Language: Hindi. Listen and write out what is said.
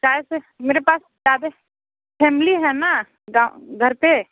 काहे से मेरे पास ज़्यादा फेमिली है ना गाँव घर पे